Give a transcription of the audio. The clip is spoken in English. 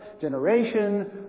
generation